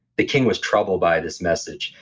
the king was troubled by this message,